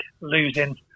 losing